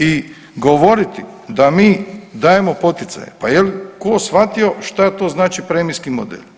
I govoriti da mi dajemo poticaje, pa jel' tko shvatio što to znači premijski model?